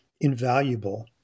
invaluable